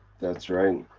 that's right.